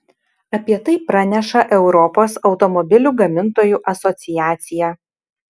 apie tai praneša europos automobilių gamintojų asociacija